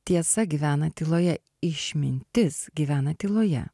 tiesa gyvena tyloje išmintis gyvena tyloje